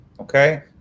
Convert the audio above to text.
okay